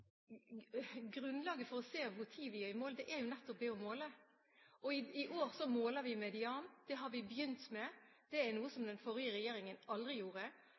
Grunnlaget for å se når vi er i mål, er nettopp det å måle. I år måler vi median ventetid. Det har vi begynt med. Det er noe som den forrige regjeringen aldri gjorde.